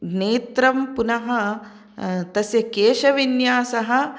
नेत्रं पुनः तस्य केशविन्यासः